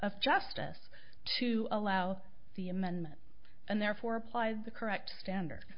of justice to allow the amendment and therefore apply the correct standard